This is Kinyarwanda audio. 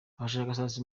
abashakashatsi